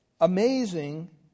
amazing